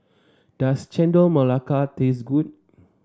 does Chendol Melaka taste good